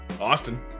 Austin